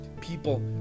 people